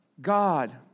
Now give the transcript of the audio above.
God